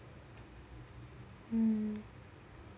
mm